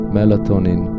Melatonin